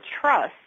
trust